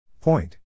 Point